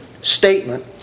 statement